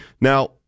Now